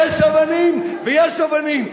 יש אבנים ויש אבנים.